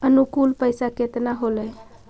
अनुकुल पैसा केतना होलय